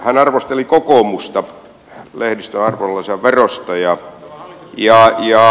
hän arvosteli kokoomusta lehdistön arvonlisäverosta